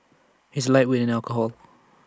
he's A lightweight in alcohol